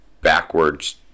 backwards